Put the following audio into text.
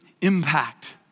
impact